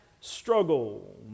struggle